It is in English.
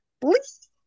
please